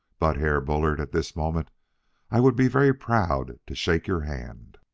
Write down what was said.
but, herr bullard, at this moment i would be very proud to shake your hand.